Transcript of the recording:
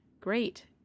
great